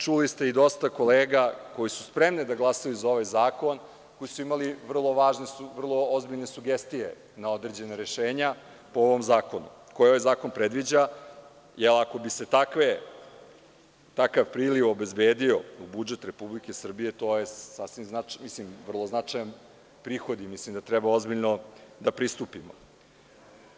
Čuli ste i dosta kolega koji su spremni da glasaju za ovaj zakon, koji su imali vrlo važne, vrlo ozbiljne sugestije na određena rešenja po ovom zakonu, koje ovaj zakon predviđa, jer ako bi se takav priliv obezbedio u budžet Republike Srbije, to je sasvim značajno, mislim, vrlo značajan prihod i mislim da treba ozbiljno da pristupimo.